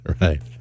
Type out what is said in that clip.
right